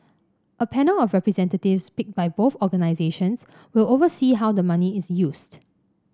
a panel of representatives picked by both organisations will oversee how the money is used